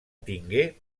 tingué